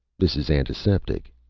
this's antiseptic,